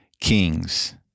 kings